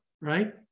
right